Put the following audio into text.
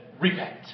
repent